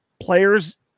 Players